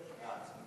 אפשר.